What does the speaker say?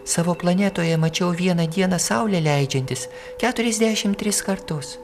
savo planetoje mačiau vieną dieną saulę leidžiantis keturiasdešim tris kartus